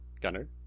Gunner